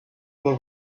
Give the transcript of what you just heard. but